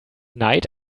neid